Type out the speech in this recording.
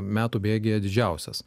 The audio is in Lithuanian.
metų bėgyje didžiausias